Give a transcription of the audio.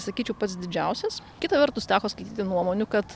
sakyčiau pats didžiausias kita vertus teko skaityti nuomonių kad